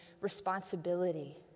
responsibility